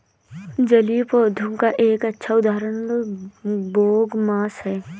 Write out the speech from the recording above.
जलीय पौधों का एक अच्छा उदाहरण बोगमास है